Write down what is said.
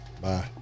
Bye